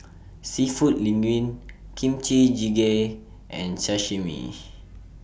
Seafood Linguine Kimchi Jjigae and Sashimi